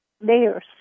layers